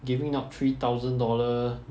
giving out three thousand dollar